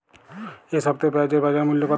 এ সপ্তাহে পেঁয়াজের বাজার মূল্য কত?